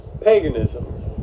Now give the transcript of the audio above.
paganism